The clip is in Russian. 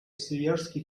свияжский